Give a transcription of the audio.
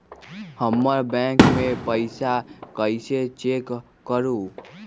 हमर बैंक में पईसा कईसे चेक करु?